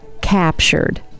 captured